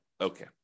Okay